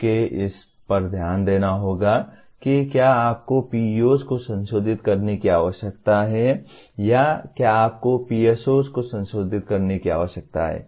आपको इस पर ध्यान देना होगा कि क्या आपको PEO को संशोधित करने की आवश्यकता है या क्या आपको PSO को संशोधित करने की आवश्यकता है